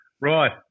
Right